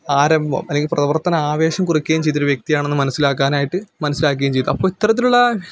ആരംഭം അല്ലെങ്കില് പ്രവര്ത്തന ആവേശം കുറിക്കുകയും ചെയ്തൊരു വ്യക്തിയാണെന്ന് മനസ്സിലാക്കാനായിട്ട് മനസ്സിലാക്കുകയും ചെയ്യും അപ്പം ഇത്തരത്തിലുള്ള